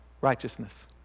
Righteousness